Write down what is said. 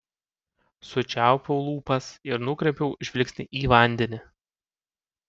sučiaupiau lūpas ir nukreipiau žvilgsnį į vandenį